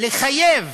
לחייב